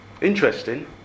Interesting